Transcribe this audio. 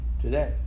today